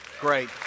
Great